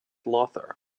lothar